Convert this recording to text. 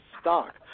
stock